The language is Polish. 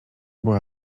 była